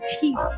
teeth